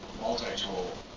multi-tool